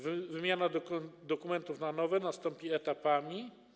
Wymiana dokumentów na nowe nastąpi etapami.